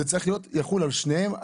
זה צריך לחול על שניהם,